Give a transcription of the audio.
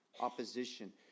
opposition